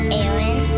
Aaron